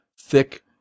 thick